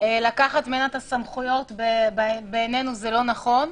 לקחת ממנה את הסמכויות בעינינו זה לא נכון.